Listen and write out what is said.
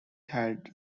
had